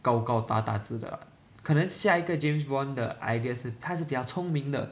高高大大只的 [what] 可能下一个 James Bond 的 idea 是他是比较聪明的